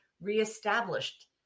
reestablished